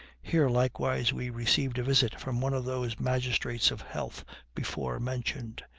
here likewise we received a visit from one of those magistrates of health before mentioned.